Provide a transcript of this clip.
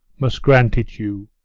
must grant it you